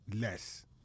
Less